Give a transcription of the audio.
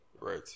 right